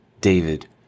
david